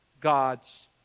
God's